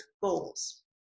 goals